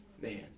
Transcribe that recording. Man